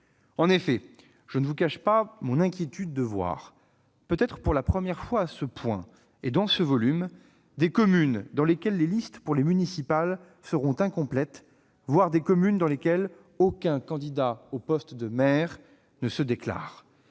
En effet, je ne vous cache pas mon inquiétude de voir, peut-être pour la première fois dans ce volume, des communes dans lesquelles les listes pour les municipales seront incomplètes, voire pour certaines dans lesquelles aucun candidat au poste de maire ne se déclare.